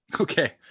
Okay